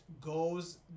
goes